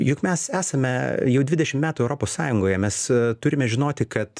juk mes esame jau dvidešim metų europos sąjungoje mes turime žinoti kad